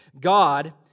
God